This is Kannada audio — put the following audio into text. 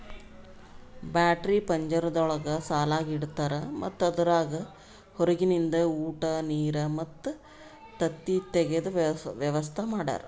ಬ್ಯಾಟರಿ ಪಂಜರಗೊಳ್ದಾಗ್ ಸಾಲಾಗಿ ಇಡ್ತಾರ್ ಮತ್ತ ಅದುರಾಗ್ ಹೊರಗಿಂದ ಉಟ, ನೀರ್ ಮತ್ತ ತತ್ತಿ ತೆಗೆದ ವ್ಯವಸ್ತಾ ಮಾಡ್ಯಾರ